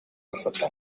bafata